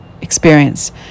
experience